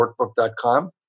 workbook.com